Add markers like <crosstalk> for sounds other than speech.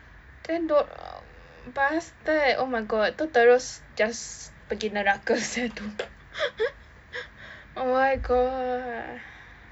then don~ uh bastard oh my god itu terus just pergi neraka [sial] itu <laughs> oh my god uh